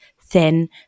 thin